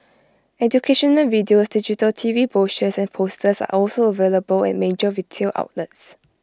educational videos digital T V brochures and posters are also available at major retail outlets